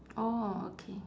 orh okay